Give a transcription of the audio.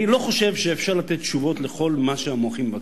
אני לא חושב שאפשר לתת תשובות לכל מה שהמוחים מבקשים.